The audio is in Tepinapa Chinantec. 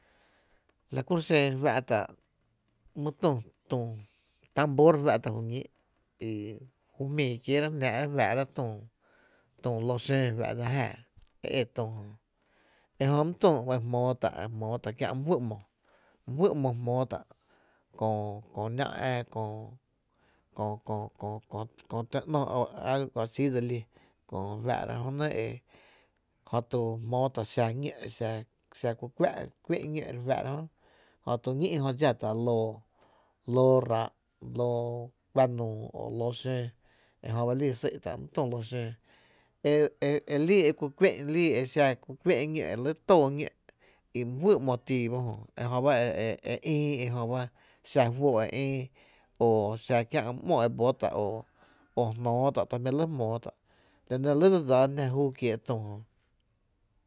La kuro’ xen e fá’tá’ my tü tambor fá’tá’ ju ñíi’ i ju jmíi kierá’ jná fáá’rá’ tü tü lo xóó fá’ dsa jáaá e e tü jö ejö mý tü e fa’ e jmóó tá’ kiä’ my juýý ‘mo, my juyy ‘mo jmóó tá’ kö ‘ná’ ää köö köö kö tó ‘nó algo así dse lí kö e re fáá’ra jö nɇ e, jö tu jmóó tá’ xa ñó’, ki ku kuⱥ’ ñó’ re faa´ra jö jötu ñí’ jö dxátá’ loo, lóó ráá’, lóó kuⱥ nuu o lóó xóó e jöba e lii sý’ tá’ my tü ló xóó, elii e ku kuɇ’n, e lii e xa ku kuɇ’n ñó’ e re lɇ tóó ñó’ i my juyy ‘mo tii ba jö e jöba e ïï e jöba xa fóó’ eïï e jöba i xa my ‘mo e bótá’ e jmóó tá’ ta jmí’ lɇ jmóótá’ la nɇ lɇ dse dsáána jná júú kiee’ tü jö.